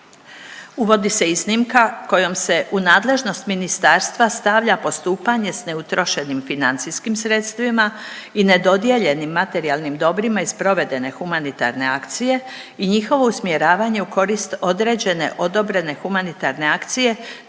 Uvodi se iznimka kojom se u nadležnost ministarstva stavlja postupanje s neutrošenim financijskim sredstvima i ne dodijeljenim materijalnim dobrima iz provedene humanitarne akcije i njihovo usmjeravanje u korist određene odobrene humanitarne akcije